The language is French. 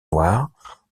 noirs